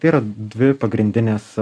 tai yra dvi pagrindinės